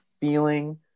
feeling